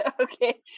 Okay